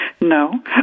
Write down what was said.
No